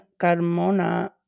Carmona